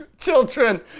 Children